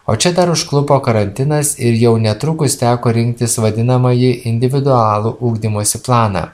o čia dar užklupo karantinas ir jau netrukus teko rinktis vadinamąjį individualų ugdymosi planą